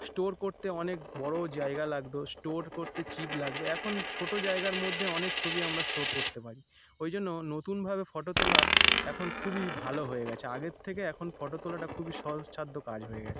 store করতে অনেক বড়ো জায়গা লাগতো স্টোর করতে চিপ লাগবে এখন ছোটো জায়গার মধ্যে অনেক ছবি আমরা স্টোর করতে পারি ওই জন্য নতুনভাবে ফটো তোলা এখন খুবই ভালো হয়ে গেছে আগের থেকে এখন ফটো তোলাটা খুবই সহজসাধ্য কাজ হয়ে গেছে